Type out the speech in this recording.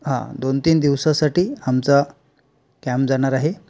हां दोन तीन दिवसासाठी आमचा कॅम्प जाणार आहे